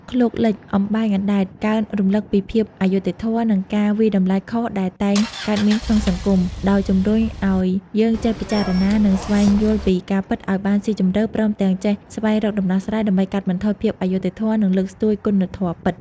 ឃ្លោកលិច អំបែងអណ្ដែត ក្រើនរំលឹកពីភាពអយុត្តិធម៌ និងការវាយតម្លៃខុសដែលតែងកើតមានក្នុងសង្គម ដោយជំរុញឲ្យយើងចេះពិចារណា និងស្វែងយល់ពីការពិតឲ្យបានស៊ីជម្រៅ ព្រមទាំងចេះស្វែងរកដំណោះស្រាយ ដើម្បីកាត់បន្ថយភាពអយុត្តិធម៌ និងលើកស្ទួយគុណធម៌ពិត។។